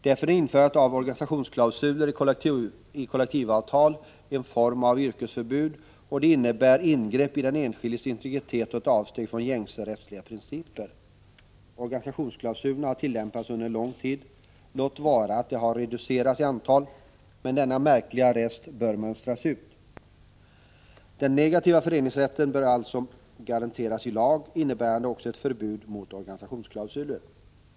Därför är införandet av organisationsklausuler i kollektivavtal en form av yrkesförbud, och det innebär ingrepp i den enskildes integritet och ett avsteg från gängse rättsliga principer. Organisationsklausulerna har tillämpats under lång tid, låt vara att de har reducerats i antal, men denna märkliga rest bör mönstras ut. Den negativa = Prot. 1985/86:31 föreningsrätten bör alltså garanteras i lag, innebärande också ett förbud mot — 20 november 1985 organisationsklausuler.